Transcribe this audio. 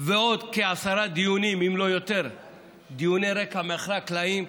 ועוד כ-10 דיוני רקע מאחורי הקלעים,